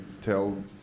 tell